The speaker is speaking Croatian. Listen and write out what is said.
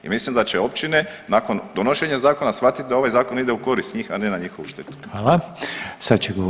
I mislim da će općine nakon donošenja zakona shvatiti da ovaj zakon ide u korist njih, a ne na njihovu štetu.